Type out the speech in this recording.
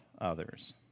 others